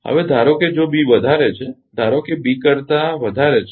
હવે ધારો કે જો B વધારે છે ધારો કે બી કરતા વધારે છે